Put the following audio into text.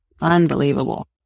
Unbelievable